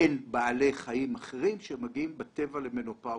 אין בעלי חיים אחרים שמגיעים בטבע למנופאוזה.